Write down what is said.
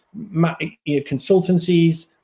consultancies